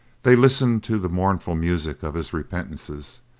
they listened to the mournful music of his repentances,